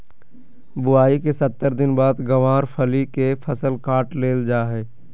बुआई के सत्तर दिन बाद गँवार फली के फसल काट लेल जा हय